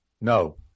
No